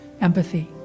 Empathy